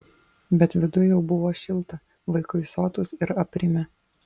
bet viduj jau buvo šilta vaikai sotūs ir aprimę